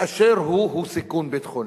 אירעה תאונת דרכים